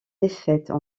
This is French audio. défaites